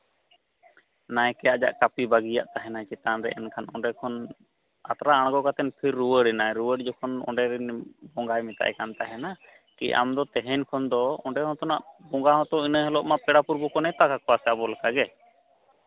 ᱱᱟᱭᱠᱮ ᱟᱡᱟᱜ ᱠᱟᱹᱯᱤᱭ ᱵᱟᱹᱜᱤᱭᱟᱫ ᱛᱟᱦᱮᱱᱟ ᱪᱮᱛᱟᱱ ᱨᱮ ᱮᱱᱠᱷᱟᱱ ᱚᱸᱰᱮ ᱠᱷᱚᱱ ᱟᱛᱨᱟ ᱟᱬᱜᱚ ᱠᱟᱛᱮ ᱯᱷᱤᱨ ᱨᱩᱣᱟᱹᱲᱮᱱᱟᱭ ᱨᱩᱣᱟᱹᱲ ᱡᱮᱠᱷᱚᱱ ᱚᱸᱰᱮ ᱨᱤᱱ ᱵᱚᱸᱜᱟᱭ ᱢᱮᱛᱟᱭ ᱠᱟᱱ ᱛᱟᱦᱮᱱᱟ ᱠᱤ ᱟᱢ ᱫᱚ ᱛᱮᱦᱮᱧ ᱠᱷᱚᱱ ᱫᱚ ᱚᱸᱰᱮ ᱢᱚᱛᱚᱱᱟᱜ ᱵᱚᱸᱜᱟ ᱦᱚᱸᱛᱚ ᱤᱱᱟᱹ ᱦᱤᱞᱳᱜ ᱢᱟ ᱯᱮᱲᱟ ᱯᱩᱨᱵᱚ ᱠᱚ ᱱᱮᱣᱛᱟ ᱠᱟᱠᱚᱣᱟ ᱥᱮ ᱟᱵᱚ ᱞᱮᱠᱟ ᱜᱮ